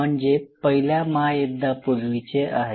म्हणजे पहिल्या महायुद्धापूर्वीचे आहे